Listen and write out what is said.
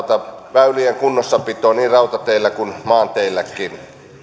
väylien kunnossapitoa niin rautateillä kuin maanteilläkin